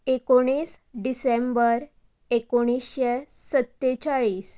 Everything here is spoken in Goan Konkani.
एकोणीस डिसेंबर एकोणिशें सत्तेचाळीस